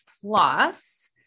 Plus